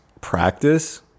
practice